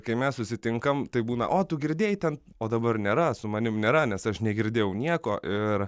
kai mes susitinkam tai būna o tu girdėjai ten o dabar nėra su manim nėra nes aš negirdėjau nieko ir